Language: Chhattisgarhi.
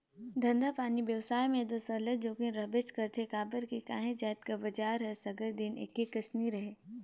धंधापानी बेवसाय में दो सरलग जोखिम रहबेच करथे काबर कि काही जाएत कर बजार हर सगर दिन एके कस नी रहें